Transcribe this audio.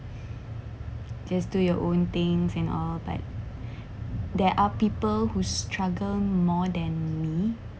just do your own things and all but there are people who struggle more than me